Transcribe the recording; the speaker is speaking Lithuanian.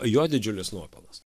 jo didžiulis nuopelnas